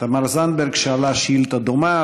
תמר זנדברג שאלה שאילתה דומה,